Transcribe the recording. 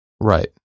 Right